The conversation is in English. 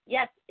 Yes